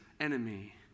enemy